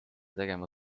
tegema